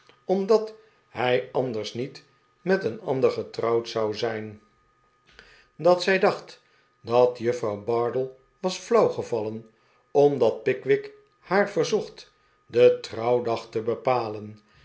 omdat hij anders niet met een ander getrouwd zou zijnj dat zij dacht dat juffrouw bardell was flauw gevallen omdat pickwick haar verzocht den trouwdag te bepalen